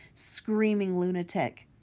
screaming lunatic.